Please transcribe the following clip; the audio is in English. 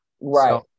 right